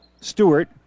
Stewart